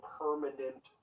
permanent